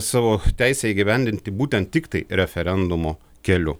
savo teisę įgyvendinti būtent tiktai referendumo keliu